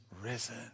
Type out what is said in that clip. risen